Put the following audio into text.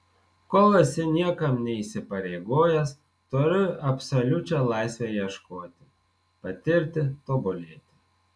kol esi niekam neįsipareigojęs turi absoliučią laisvę ieškoti patirti tobulėti